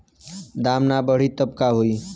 दाम ना बढ़ी तब का होई